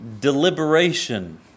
Deliberation